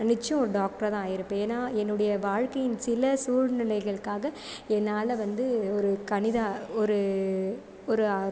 நான் நிச்சயம் ஒரு டாக்ட்ராக தான் ஆகிருப்பேன் ஏன்னால் என்னுடையே வாழ்க்கையின் சில சூழ்நிலைகளுக்காக என்னால் வந்து ஒரு கணித ஒரு ஒரு